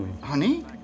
Honey